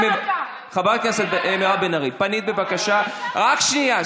חבר הכנסת טיבי, תודה רבה.